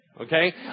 Okay